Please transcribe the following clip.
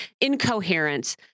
incoherent